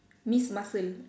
miss muscle